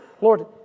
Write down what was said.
Lord